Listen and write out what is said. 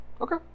Okay